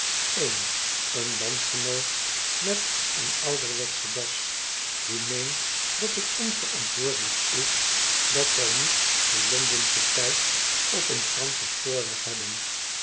een een landgenoot met een ouderwetsche das die meent dat het onverantwoordelijk is dat zij niet den londenschen tijd op een franschen spoorweg hebben